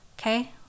Okay